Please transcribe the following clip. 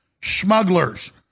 smugglers